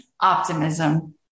Optimism